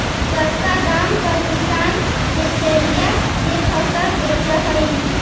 सस्ता दाम पर किसान बिचौलिया के फसल बेचऽ हइ